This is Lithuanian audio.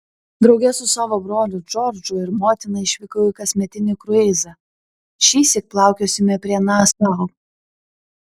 drauge su savo broliu džordžu ir motina išvykau į kasmetinį kruizą šįsyk plaukiosime prie nasau